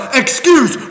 excuse